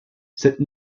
cette